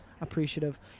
appreciative